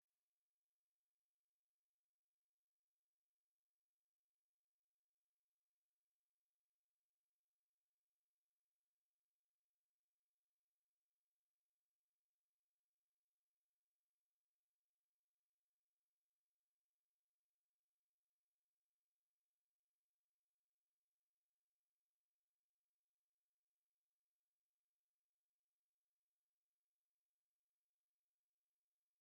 Abana babiri b'abahungu, bambaye ingofero ry'idini ya Isilamu, barimo basukura urukuta. Umuhungu umwe wambaye ishati y'ubururu n'ipantaro y'umweru, ari gusiga irangi ry'umweru. Mugenzi we ahagaze hafi aho, yitegereza ibyo bakora. Basa n'aho bishimira uwo murimo, bagira uruhare mu mushinga ugenewe abantu bo mu karere k'iwabo cyangwa mu bikorwa byo gutunganya ishuri kugira ngo rirusheho kuba ryiza.